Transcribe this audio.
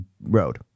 road